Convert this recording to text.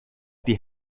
die